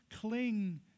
cling